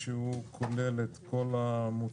שהוא כולל את כל המוצרים